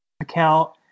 account